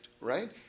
right